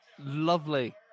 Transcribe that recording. Lovely